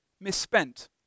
misspent